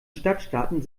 stadtstaaten